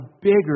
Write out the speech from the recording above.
bigger